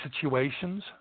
situations